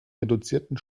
reduzierten